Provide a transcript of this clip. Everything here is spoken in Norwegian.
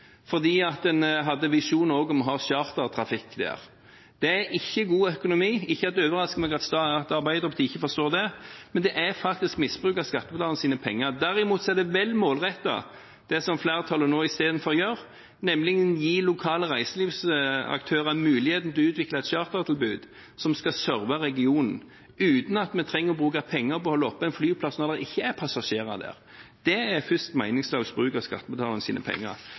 fordi en også hadde visjoner om å ha chartertrafikk der. Det er ikke god økonomi. Ikke at det overrasker meg at ikke Arbeiderpartiet forstår det, men det er faktisk misbruk av skattebetalernes penger. Derimot er det veldig målrettet det som flertallet nå istedenfor gjør, nemlig å gi lokale reiselivsaktører muligheten til å utvikle et chartertilbud som skal «serve» regionen, uten at vi trenger å bruke penger på å holde en flyplass åpen når det ikke er passasjerer der. Det er meningsløs bruk av skattebetalernes penger.